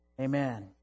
Amen